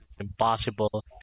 Impossible